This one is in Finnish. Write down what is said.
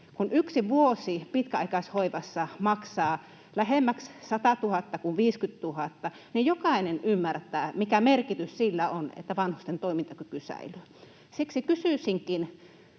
Kun yksi vuosi pitkäaikaishoivassa maksaa lähemmäksi 100 000:ta kuin 50 000:ta, niin jokainen ymmärtää, mikä merkitys sillä on, että vanhusten toimintakyky säilyy. Siksi kysyisinkin